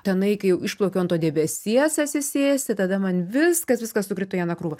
tenai kai išplaukiau ant debesies atsisėsti tada man viskas viskas sukrito į vieną krūvą